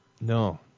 No